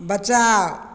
बचाउ